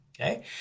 okay